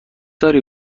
داری